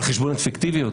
על חשבון אפקטיביות,